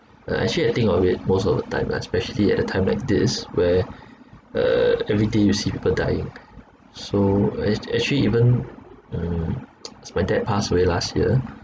uh actually I think of it most of the time lah especially at a time like this where uh every day you see people dying so ac~ actually even mm my dad passed away last year